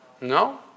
No